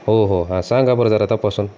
हो हो हां सांगा बरं जरा तपासून